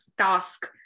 task